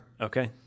okay